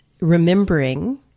remembering